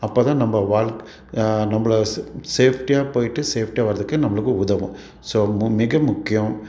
அப்போ தான் நம்ம வாழ்க்கை நம்பளை சே சேஃப்டியாக போய்விட்டு சேஃப்டியாக வரதுக்கு நம்மளுக்கு உதவும் ஸோ மு மிக முக்கியம்